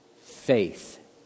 faith